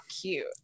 cute